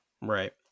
right